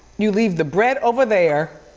you leave the bread over there.